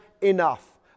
enough